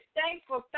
thankful